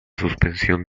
suspensión